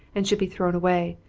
and should be thrown away,